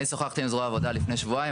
אני שוחחתי עם זרוע העבודה לפני שבועיים,